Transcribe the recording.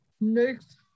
Next